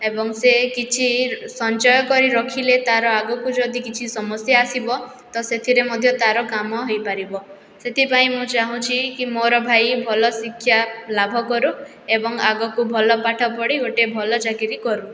ଏବଂ ସେ କିଛି ସଞ୍ଚୟ କରି ରଖିଲେ ତା'ର ଆଗକୁ ଯଦି କିଛି ସମସ୍ୟା ଆସିବ ତ ସେଥିରେ ମଧ୍ୟ ତା'ର କାମ ହେଇପାରିବ ସେଥିପାଇଁ ମୁଁ ଚାହୁଁଚି କି ମୋର ଭାଇ ଭଲ ଶିକ୍ଷା ଲାଭକରୁ ଏବଂ ଆଗକୁ ଭଲ ପାଠ ପଢ଼ି ଗୋଟେ ଭଲ ଚାକିରି କରୁ